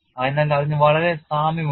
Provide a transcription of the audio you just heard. അതിനാൽ അതിന് വളരെ സാമ്യമുണ്ട്